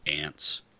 ants